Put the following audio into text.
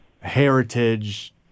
heritage